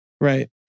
Right